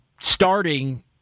starting